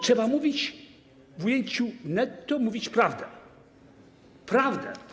Trzeba mówić w ujęciu netto, mówić prawdę, prawdę.